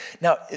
Now